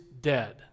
dead